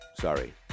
Sorry